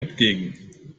entgegen